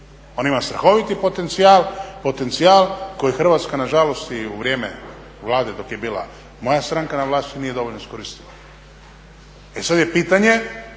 On ima strahoviti potencijal, potencijal koji Hrvatska na žalost i u vrijeme Vlade dok je bila moja stranka na vlasti nije dovoljno iskoristila. E sad je pitanje